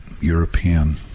European